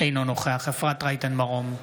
אינו נוכח אפרת רייטן מרום,